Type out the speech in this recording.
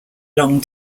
long